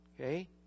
Okay